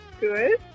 good